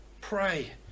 pray